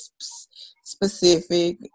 specific